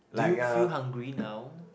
do you feel hungry now